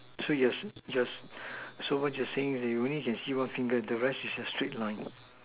so yes yes so what you seeing is you can only see one fingers the rest is a straight line